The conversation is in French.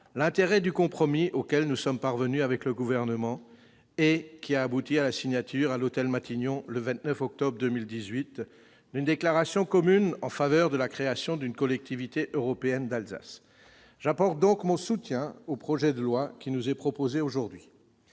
l'intérêt du compromis auquel nous sommes parvenus avec le Gouvernement. Ce compromis a abouti à la signature à l'hôtel Matignon, le 29 octobre 2018, d'une déclaration commune en faveur de la création d'une Collectivité européenne d'Alsace. J'apporte donc mon soutien au projet de loi qui nous est proposé aujourd'hui.